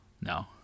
No